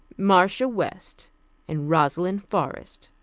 marcia west and rosalind forrest,